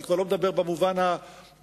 אני כבר לא מדבר במובן התפיסתי-עקרוני-אידיאולוגי,